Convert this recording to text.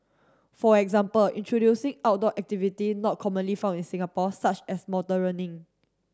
for example introducing outdoor activity not commonly found in Singapore such as mountaineering